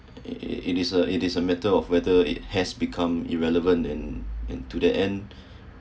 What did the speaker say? it is it is a matter of whether it has become irrelevant then then to that end